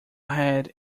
had